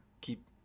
Keep